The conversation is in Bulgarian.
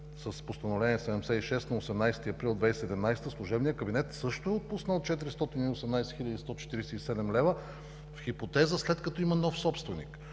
с Постановление 76 на 18 април 2017 г. служебният кабинет също е отпуснал 418 147 лв. в хипотеза след като има нов собственик.